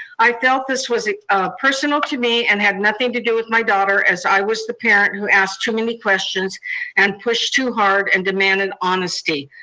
i felt this was personal to me, and had nothing to do with my daughter, as i was the parent who asked too many questions and pushed too hard, and demanded honestly.